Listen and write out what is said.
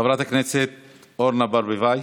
חברת הכנסת אורנה ברביבאי,